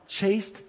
chased